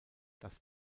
das